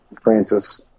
Francis